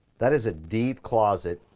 that is a deep closet,